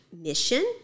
mission